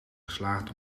geslaagd